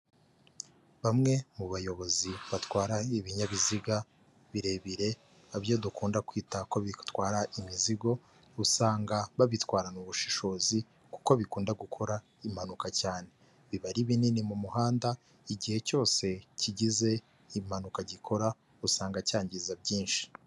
Bamwe mu bayobozi batwara ibinyabiziga birebire, na byo dukunda kwita ko bitwara imizigo, usanga babitwararana ubushishozi kuko bikunda gukora impanuka cyane, biba ari binini mu muhanda, igihe cyose kigize impanuka gikora usanga cyangiza byinshi.